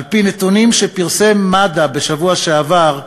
על-פי נתונים שפרסם מד"א בשבוע שעבר,